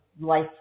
life